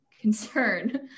concern